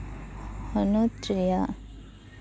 ᱦᱚᱱᱚᱛ ᱨᱮᱭᱟᱜ